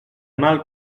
mal